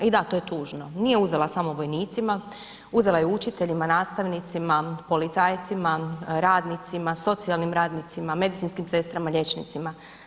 I da, to je tužno, nije uzela samo vojnicima, uzela je učiteljima, nastavnicima, policajcima, radnicima socijalnim radnicima, medicinskim sestrama, liječnicima.